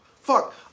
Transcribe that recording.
Fuck